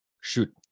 Shoot